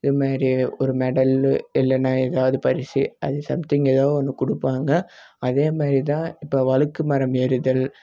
இந்த மாதிரி ஒரு மெடலு இல்லைனால் ஏதாவது பரிசு அது சம்திங் ஏதோ ஒன்று கொடுப்பாங்க அதே மாதிரி தான் இப்போது வழுக்கு மரம் ஏறுதல்